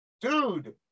dude